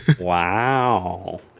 Wow